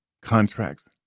Contracts